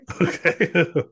Okay